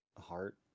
heart